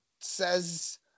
says